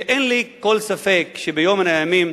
שאין לי כל ספק שביום מן הימים